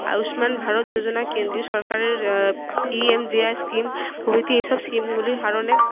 আয়ুষ্মান ভারত যোজনা কেন্দ্রীয় সরকারের ইএমজেআই স্কিম প্রভৃতি এসব স্কিমগুলির কারণে